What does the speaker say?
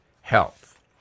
health